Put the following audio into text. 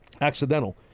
accidental